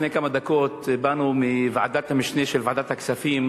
לפני כמה דקות באנו מוועדת המשנה של ועדת הכספים,